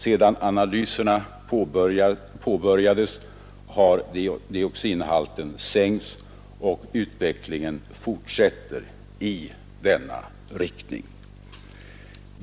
Sedan analyserna påbörjades har dioxinhalten sänkts, och utvecklingen fortsätter i denna riktning.